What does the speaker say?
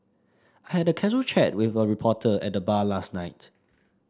I had a casual chat with a reporter at the bar last night